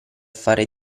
fare